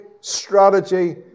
strategy